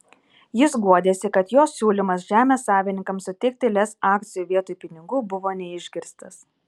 jis guodėsi kad jo siūlymas žemės savininkams suteikti lez akcijų vietoj pinigų buvo neišgirstas